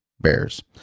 Bears